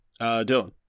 Dylan